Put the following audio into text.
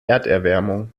erderwärmung